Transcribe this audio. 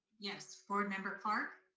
yes, board member clark.